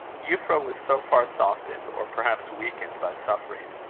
euphra was so far softened, or perhaps weakened, by suffering,